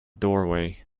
doorway